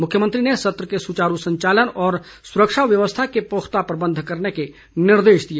मुख्यमंत्री ने सत्र के सुचारू संचालन और सुरक्षा व्यवस्था के पुख्ता प्रबंध करने के निर्देश दिए